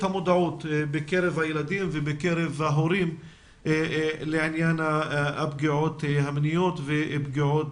המודעות בקרב הילדים וההורים לעניין הפגיעות המיניות ופגיעות